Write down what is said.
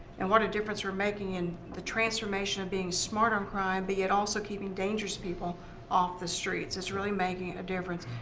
and what a difference we're making in the transformation of being smart on crime, but yet also keeping dangerous people off the streets. it's really making a difference.